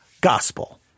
gospel